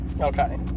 Okay